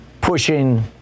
pushing